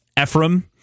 Ephraim